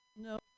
No